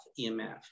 EMF